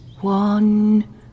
One